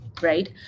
right